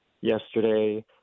yesterday